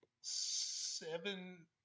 seven